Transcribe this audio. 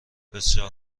بسیار